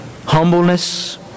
humbleness